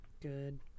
Good